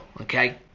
okay